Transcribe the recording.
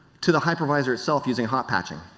to the hypervisor itself using hot patching.